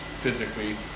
physically